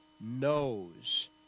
knows